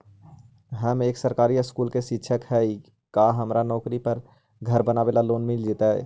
हम एक सरकारी स्कूल में शिक्षक हियै का हमरा नौकरी पर घर बनाबे लोन मिल जितै?